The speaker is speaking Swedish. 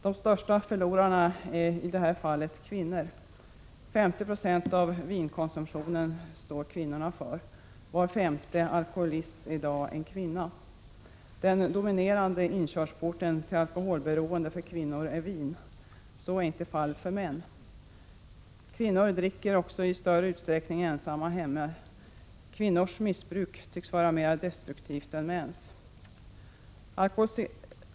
De största förlorarna är i det här fallet kvinnor. Kvinnorna står för 50 90 av vinkonsum tionen. Var femte alkoholist är i dag en kvinna. Den dominerande inkörsporten till alkoholberoende hos kvinnor är vin. Så är inte fallet när det gäller män. Kvinnor dricker också i större utsträckning ensamma hemma. Kvinnors missbruk tycks vara mera destruktivt än mäns.